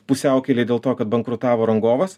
pusiaukelėj dėl to kad bankrutavo rangovas